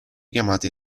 chiamate